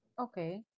Okay